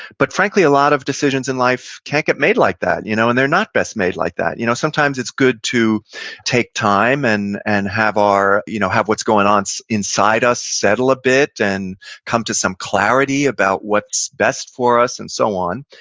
but frankly a lot of decisions in life can't get made like that you know and they're not best made like that. you know sometimes it's good to take time and and have you know what's going on so inside us settle a bit and come to some clarity about what's best for us and so on.